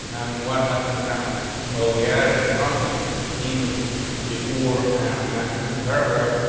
and what happens now will we added the content in before and after the paragraph.